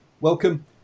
Welcome